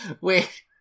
Wait